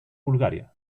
bulgaria